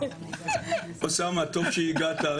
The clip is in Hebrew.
ולמה לא משתמשים ב-300?